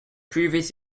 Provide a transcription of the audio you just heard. previous